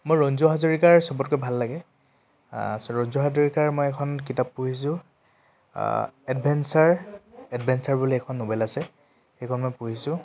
মোৰ ৰঞ্জু হাজৰিকাৰ চবতকৈ ভাল লাগে ৰঞ্জু হাজৰিকাৰ মই এখন কিতাপ পঢ়িছোঁ এডভেঞ্চাৰ এডভেঞ্চাৰ বুলি এখন ন'বেল আছে সেইখন মই পঢ়িছোঁ